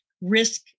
risk